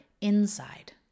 inside